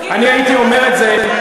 אני הייתי אומר את זה,